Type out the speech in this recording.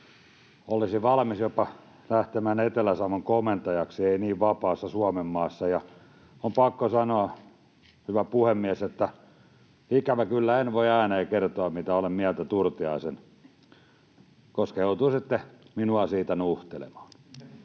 olisi valmis jopa lähtemään Etelä-Savon komentajaksi ei-niin-vapaassa Suomenmaassa. On pakko sanoa, hyvä puhemies, että ikävä kyllä en voi ääneen kertoa, mitä olen mieltä Turtiaisen puheenvuorosta, koska joutuisitte minua siitä nuhtelemaan.